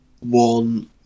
one